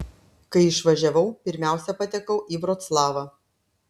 kai išvažiavau pirmiausia patekau į vroclavą